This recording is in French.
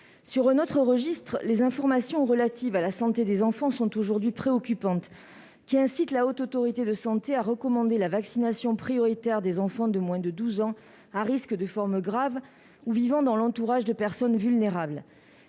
Dans un autre registre, les informations relatives à la santé des enfants sont aujourd'hui préoccupantes. Elles incitent la Haute Autorité de santé à recommander la vaccination prioritaire des enfants de moins de 12 ans à risque de développer une forme grave ou vivant dans l'entourage de personnes vulnérables.